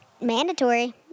mandatory